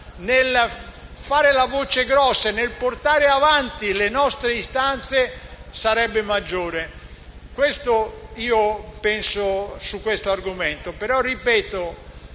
nel fare la voce grossa e nel portare avanti le nostre istanze sarebbe maggiore. Questo penso su questo argomento. Ripeto: